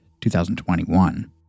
2021